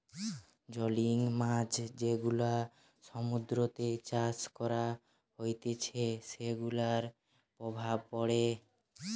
জংলী মাছ যেগুলা সমুদ্রতে চাষ করা হতিছে সেগুলার প্রভাব পড়ে